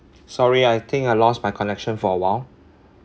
sorry I think I lost my connection for a while